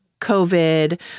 COVID